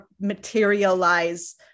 materialize